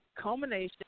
culmination